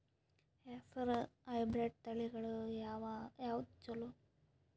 ಹೆಸರ ಹೈಬ್ರಿಡ್ ತಳಿಗಳ ಯಾವದು ಚಲೋ?